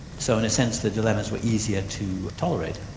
so in a sense, the dilemmas were easier to tolerate.